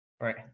right